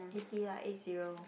eighty lah eight zero